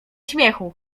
śmiechu